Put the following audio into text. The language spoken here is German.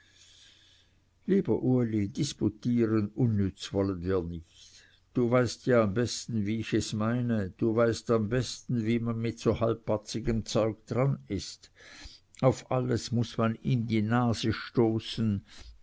lieber uli disputieren unnütz wollen wir nicht du weißt ja am besten wie ich es meine du weißt am besten wie man so mit halbbatzigem zeug daran ist auf alles muß man ihm die nase stoßen